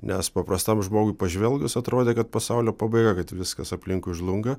nes paprastam žmogui pažvelgus atrodė kad pasaulio pabaiga kad viskas aplinkui žlunga